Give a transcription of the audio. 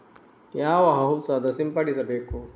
ಯಾವ ಔಷಧ ಸಿಂಪಡಿಸಬೇಕು?